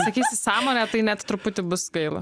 sakysi sąmonę tai net truputį bus gaila